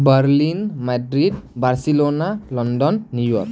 Berlin Madrid Barcelona London New York